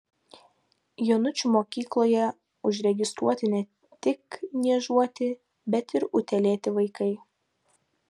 jonučių mokykloje užregistruoti ne tik niežuoti bet ir utėlėti vaikai